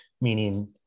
meaning